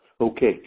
Okay